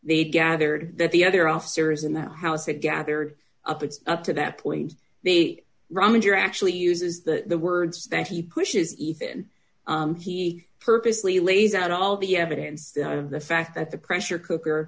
they gathered that the other officers in the house had gathered up it's up to that point they wrong and you're actually uses the words that he pushes ethan he purposely lays out all the evidence of the fact that the pressure cooker